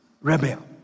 rebel